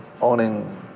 owning